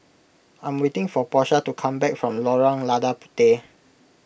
I am waiting for Porsha to come back from Lorong Lada Puteh